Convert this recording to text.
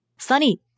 Sunny